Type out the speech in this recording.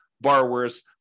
borrowers